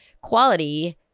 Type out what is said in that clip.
quality